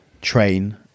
train